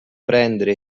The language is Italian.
prendere